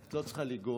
את לא צריכה לנגוע,